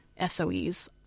SOEs